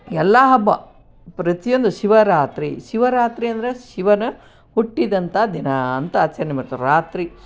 ಎಲ್ಲ ಹಬ್ಬ ಪ್ರತಿ ಒಂದು ಶಿವರಾತ್ರಿ ಶಿವರಾತ್ರಿ ಅಂದರೆ ಶಿವನ ಹುಟ್ಟಿದಂಥ ದಿನ ಅಂತ ಆಚರಣೆ ಮಾಡ್ತಾರೆ ರಾತ್ರಿ